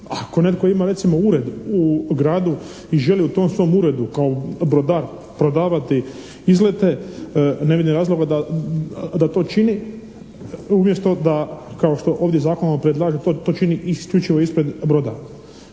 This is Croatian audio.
Ako netko ima recimo ured u gradu i želi u tom svom uredu kao brodar prodavati izlete, ne vidim razloga da to čini, umjesto da kao što ovdje zakonom predlaže, to čini isključivo ispred broda.